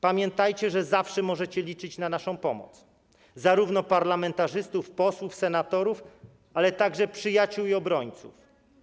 Pamiętajcie, że zawsze możecie liczyć na naszą pomoc, zarówno parlamentarzystów - posłów, senatorów, jak i przyjaciół i obrońców.